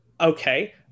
okay